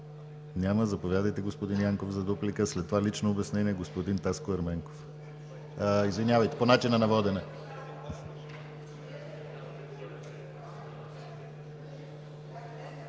Няма. Заповядайте, господин Янков, за дуплика. След това лично обяснение – господин Таско Ерменков. (Шум и реплики.) Извинявайте – по начина на водене.